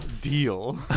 Deal